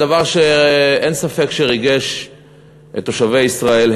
הדבר שאין ספק שריגש את תושבי ישראל,